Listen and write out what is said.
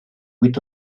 vuit